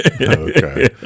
Okay